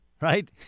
right